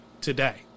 today